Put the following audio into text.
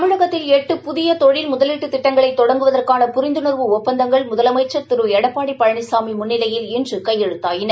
தமிழகத்தில் எட்டு புதிய தொழில் முதலீட்டு திட்டங்களை தொடங்வதற்கான புரிந்துணா்வு ஒப்பந்தங்கள் முதலமைச்சா் திரு எடப்பாடி பழனிசாமி முன்னிலையில் இன்று கையெழுதாகின